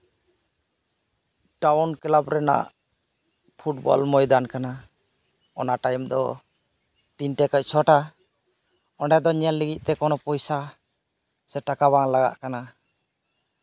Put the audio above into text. town club ᱨᱮᱱᱟᱜ football ᱢᱚᱭᱫᱟᱱ ᱠᱟᱱᱟ ᱚᱱᱟ ᱛᱟᱭᱚᱢ ᱫᱚ ᱛᱤᱱᱴᱟ ᱠᱷᱚᱡ ᱪᱷᱚᱴᱟ ᱚᱱᱰᱮ ᱫᱚ ᱧᱮᱞ ᱞᱟᱹᱜᱤᱫᱛᱮ ᱠᱳᱱᱳ ᱯᱚᱭᱥᱟ ᱥᱮ ᱴᱟᱠᱟ ᱫᱚ ᱵᱟᱝ ᱞᱟᱜᱟᱜ ᱠᱟᱱᱟ